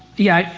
yeah,